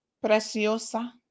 preciosa